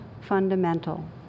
fundamental